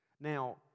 Now